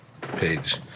page